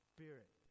Spirit